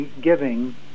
giving